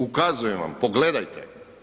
Ukazujem vam, pogledajte.